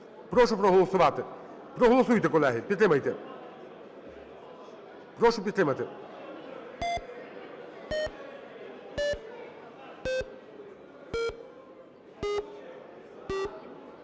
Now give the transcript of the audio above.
Прошу проголосувати. Проголосуйте, колеги, підтримайте. Прошу підтримати.